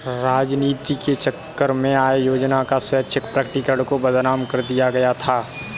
राजनीति के चक्कर में आय योजना का स्वैच्छिक प्रकटीकरण को बदनाम कर दिया गया था